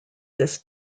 this